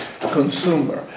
consumer